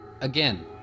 Again